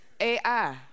AI